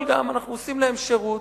אבל אנחנו עושים להם שירות,